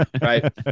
right